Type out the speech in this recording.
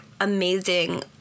amazing